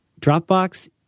Dropbox